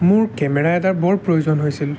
মোৰ কেমেৰা এটা বৰ প্ৰয়োজন হৈছিল